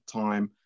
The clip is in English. time